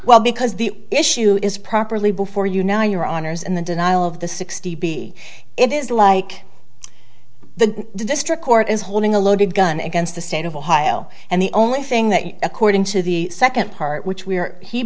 well because the issue is properly before you now your honour's and the denial of the sixty it is like the district court is holding a loaded gun against the state of ohio and the only thing that according to the second part which we are he